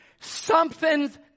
something's